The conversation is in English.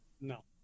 No